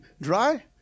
dry